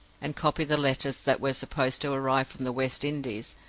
and copied the letters that were supposed to arrive from the west indies,